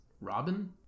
Robin